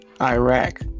Iraq